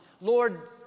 Lord